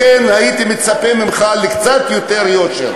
לכן הייתי מצפה ממך לקצת יותר יושר.